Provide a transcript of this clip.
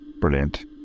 brilliant